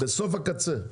בסוף הקצה.